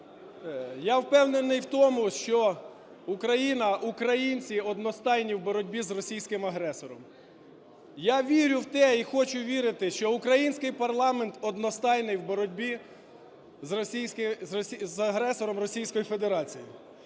Я впевнений в тому, що Україна, українці одностайні в боротьбі з російським агресором. Я вірю в те і хочу вірити, що український парламент одностайний в боротьбі з агресором Російською Федерацією.